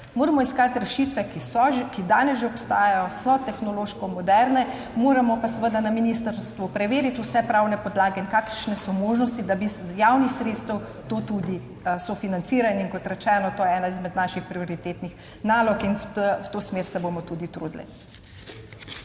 moramo iskati rešitve, ki danes že obstajajo, so tehnološko moderne, moramo pa seveda na ministrstvu preveriti vse pravne podlage in kakšne so možnosti, da bi iz javnih sredstev to tudi sofinancirali. Kot rečeno, to je ena izmed naših prioritetnih nalog in v to smer se bomo tudi trudili.